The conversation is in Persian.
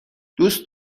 دوست